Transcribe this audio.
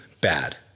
bad